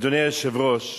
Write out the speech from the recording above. אדוני היושב-ראש,